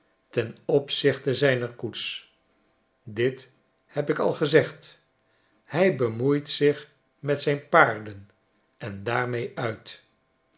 ten opzichte zijner koets dit heb ik al gezegd hij bemoeit zich met zijn paarden en daarmee uit